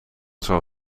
zou